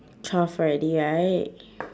twelve already right